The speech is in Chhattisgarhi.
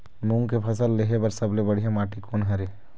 मूंग के फसल लेहे बर सबले बढ़िया माटी कोन हर ये?